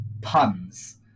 puns